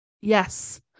yes